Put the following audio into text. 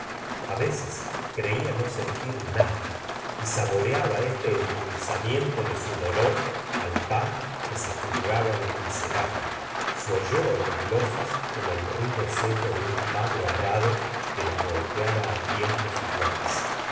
a veces creía no sentir nada y saboreaba este endulzamiento de su dolor al par que se juzgaba un miserable se oyó en las losas como el ruido seco de un palo herrado que las golpeara á tiempos iguales